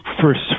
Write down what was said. First